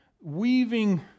weaving